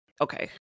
Okay